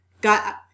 got